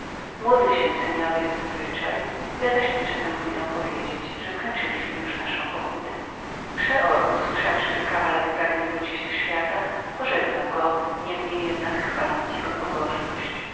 módl się pan jak zazwyczaj ja tymczasem pójdę powiedzieć że skończyliśmy już naszą pokutę przeor usłyszawszy że kawaler pragnie wrócić do świata pożegnał go niemniej jednak chwaląc jego pobożność